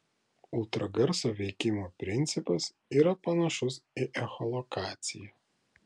ultragarso veikimo principas yra panašus į echolokaciją